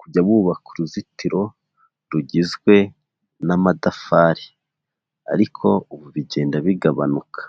kujya bubaka uruzitiro rugizwe n'amatafari, ariko ubu bigenda bigabanuka.